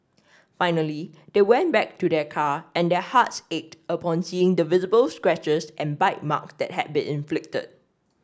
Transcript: finally they went back to their car and their hearts ached upon seeing the visible scratches and bite mark that had been inflicted